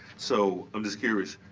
so i'm just curious,